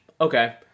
Okay